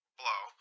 blow